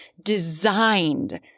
designed